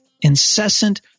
incessant